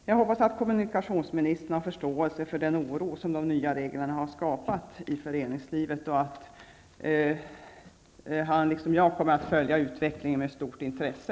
Jag hoppas att kommunikationsministern har förståelse för den oro som de nya reglerna har skapat i föreningslivet och att han liksom jag kommer att följa utvecklingen med stort intresse.